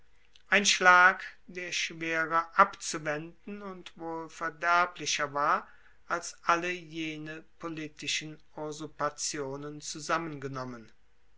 ein schlag der schwerer abzuwenden und wohl verderblicher war als alle jene politischen usurpationen zusammengenommen